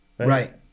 Right